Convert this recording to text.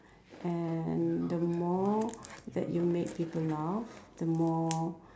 and the more that you make people laugh the more